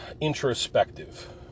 introspective